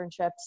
internships